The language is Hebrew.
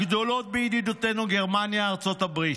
הגדולות בידידותינו, גרמניה, ארצות הברית.